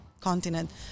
continent